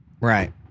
Right